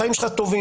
החיים שלך טובים,